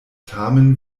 tamen